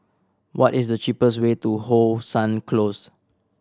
what is the cheapest way to How Sun Close